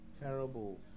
Terrible